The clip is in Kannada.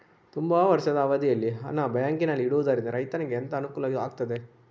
ತುಂಬಾ ವರ್ಷದ ಅವಧಿಯಲ್ಲಿ ಹಣ ಬ್ಯಾಂಕಿನಲ್ಲಿ ಇಡುವುದರಿಂದ ರೈತನಿಗೆ ಎಂತ ಅನುಕೂಲ ಆಗ್ತದೆ?